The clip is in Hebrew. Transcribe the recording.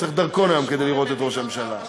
צריך דרכון היום כדי לראות את ראש הממשלה.